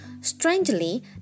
Strangely